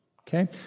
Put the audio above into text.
Okay